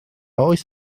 oes